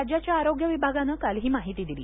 राज्याच्या आरोग्य विभागानं काल ही माहिती दिली